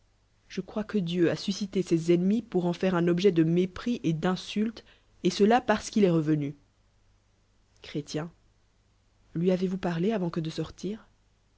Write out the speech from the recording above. je croig que dieu a suscité ses ennemis pour en fau'e oil objet de mépris et d'insulte et cela parce qu'a est revenu chré lui avez v owl parllii avant que de sortir